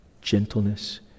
gentleness